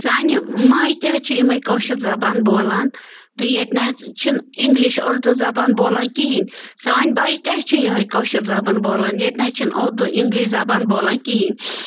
سانہِ ماجہِ تہِ حظ چھِ یِمَے کٲشِر زبان بولان تہٕ ییٚتہِ نہَ حظ چھِنہٕ اِنٛگلِش اُردو زبان بولان کِہیٖنٛۍ سٲنۍ بَچہٕ تہِ حظ چھِ یِہَے کٲشِر زبان بولان ییٚتہِ نہَ حظ چھِنہٕ اُردو اِنٛگلِش زبان بولان کِہیٖنٛۍ